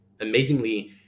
amazingly